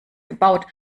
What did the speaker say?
gebaut